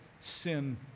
sin